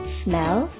smell